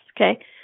Okay